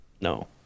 No